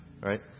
right